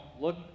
look